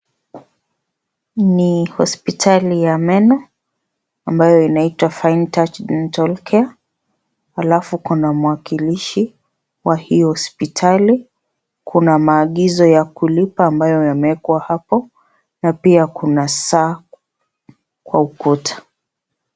Ni hospitali ya meno, ambayo inaitwa Fine Touch Dental Care alafu kuna mwakilishi wa hii hospitali, Kuna maagizo ya kulipa ambayo yamekwa hapo, na pia kuna saa kwa ukuta.